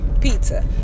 pizza